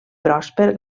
pròsper